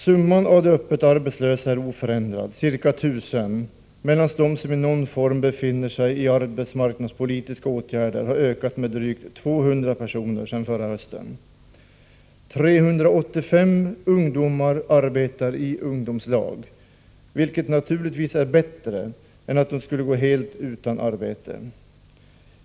Summan av de öppet arbetslösa är oförändrad, ca 1 000, medan antalet personer som berörs av någon form av arbetsmarknadspolitiska åtgärder har ökat med drygt 200 sedan förra hösten. 385 ungdomar arbetar i ungdomslag, vilket naturligtvis är bättre än att gå helt utan arbete.